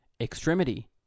Extremity